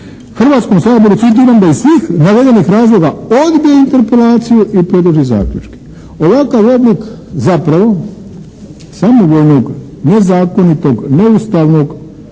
Hrvatskom saboru, citiram, da iz svih navedenih razloga odbija interpelaciju i predloži zaključke. Ovakav oblik zapravo samovoljnog nezakonitog, neustavnog